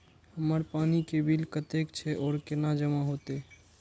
हमर पानी के बिल कतेक छे और केना जमा होते?